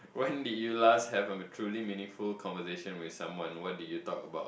when did you last have a truly meaningful conversation with someone what did you talk about